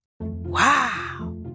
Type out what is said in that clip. Wow